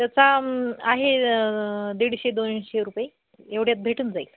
त्याचा आहे दीडशे दोनशे रुपये एवढ्यात भेटून जाईल